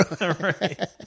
Right